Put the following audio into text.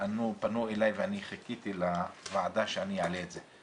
שפנו אליי ואני חיכיתי לוועדה שאני אעלה את זה.